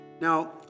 Now